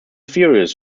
furious